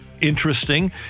interesting